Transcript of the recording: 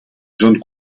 john